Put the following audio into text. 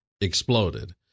exploded